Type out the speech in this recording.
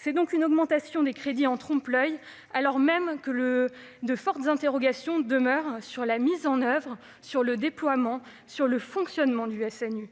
C'est donc une augmentation des crédits en trompe-l'oeil, alors même que de fortes interrogations demeurent sur la mise en oeuvre, le déploiement et le fonctionnement du SNU.